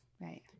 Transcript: right